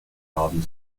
farben